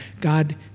God